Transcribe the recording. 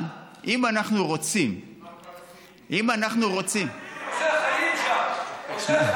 אבל אם אנחנו רוצים, משה, חיים שם.